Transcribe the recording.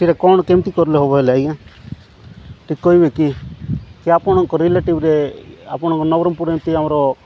ସେଇଟା କ'ଣ କେମିତି କରିଲେ ହେବ ହେଲେ ଆଜ୍ଞା ଟିକିଏ କହିବେ କି କି ଆପଣଙ୍କ ରିଲେଟିଭ୍ରେ ଆପଣଙ୍କ ନବରଙ୍ଗପୁରରେ ଏମିତି ଆମର